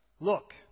Look